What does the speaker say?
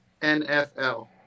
NFL